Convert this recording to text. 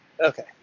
Okay